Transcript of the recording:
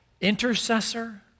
intercessor